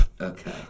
Okay